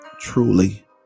truly